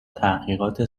تحقیقات